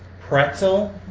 pretzel